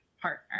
partner